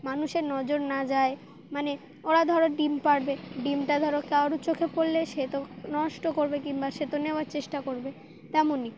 মানুষের নজর না যায় মানে ওরা ধরো ডিম পারবে ডিমটা ধরো কারও চোখে পড়লে সে তো নষ্ট করবে কিংবা সে তো নেওয়ার চেষ্টা করবে তেমনই